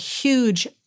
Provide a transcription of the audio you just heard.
huge